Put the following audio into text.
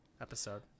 episode